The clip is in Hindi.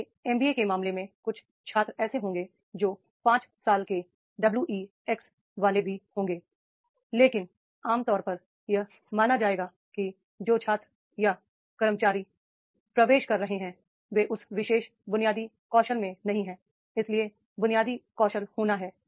जैसे एमबीए के मामले में कुछ छात्र ऐसे होंगे जो पांच साल के डब्ल्यूईएक्स वाले भी होंगे लेकिन आम तौर पर यह माना जाएगा कि जो छात्र या कर्मचारी प्रवेश कर रहे हैं वे उस विशेष बुनियादी कौशल में नहीं हैं इसलिए बुनियादी कौशल होना है